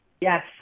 Yes